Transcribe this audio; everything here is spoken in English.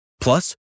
Plus